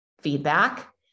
feedback